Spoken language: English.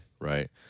right